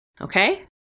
okay